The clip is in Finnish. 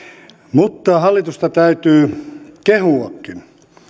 mutta hallitusta täytyy kehuakin